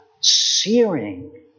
searing